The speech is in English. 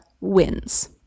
wins